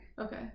Okay